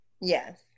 yes